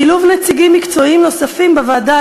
שילוב נציגים מקצועיים נוספים בוועדה,